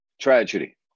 tragedy